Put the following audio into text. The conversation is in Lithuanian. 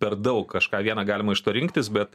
per daug kažką viena galima iš to rinktis bet